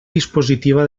dispositiva